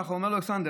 ככה אומר לו אלכסנדר,